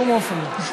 בשום אופן לא.